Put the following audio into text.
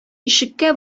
ишеккә